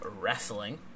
Wrestling